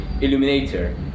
illuminator